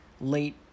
late